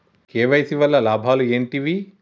KYC వల్ల లాభాలు ఏంటివి?